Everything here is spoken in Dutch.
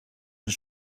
een